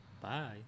Bye